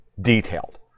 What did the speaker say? detailed